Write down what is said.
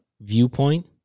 viewpoint